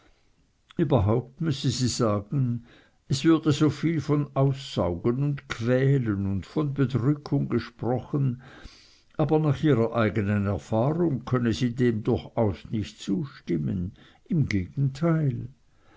überhaupt müsse sie sagen es würde soviel von aussaugen und quälen und von bedrückung gesprochen aber nach ihrer eigenen erfahrung könne sie dem durchaus nicht zustimmen im gegenteil